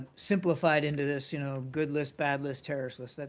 simplified into this you know good list, bad list, terrorist list.